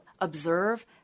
observe